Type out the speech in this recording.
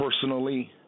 personally –